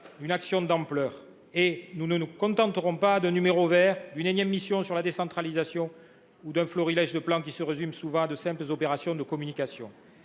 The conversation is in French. d’une action d’ampleur sur ce sujet. Nous ne nous contenterons pas d’un numéro vert, d’une énième mission sur la décentralisation ou d’un florilège de plans, qui se résument souvent à de simples opérations de communication.